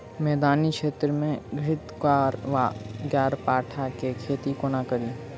मैदानी क्षेत्र मे घृतक्वाइर वा ग्यारपाठा केँ खेती कोना कड़ी?